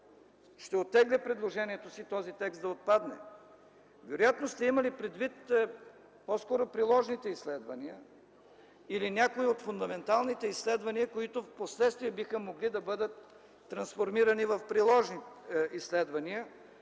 ще оттегля предложението си този текст да отпадне. Вероятно сте имали предвид по-скоро приложните изследвания и от някои от фундаменталните изследвания, които впоследствие биха могли да бъдат трансформирани в приложни изследвания.